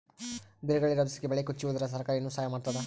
ಬಿರುಗಾಳಿ ರಭಸಕ್ಕೆ ಬೆಳೆ ಕೊಚ್ಚಿಹೋದರ ಸರಕಾರ ಏನು ಸಹಾಯ ಮಾಡತ್ತದ?